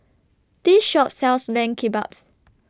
This Shop sells Lamb Kebabs